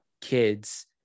kids